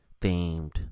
themed